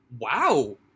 Wow